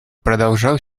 продолжал